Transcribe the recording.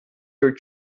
your